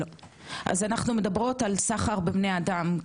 אנו מדברים על סחר בני אדם.